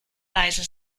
leise